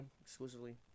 Exclusively